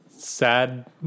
Sad